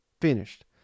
finished